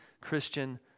Christian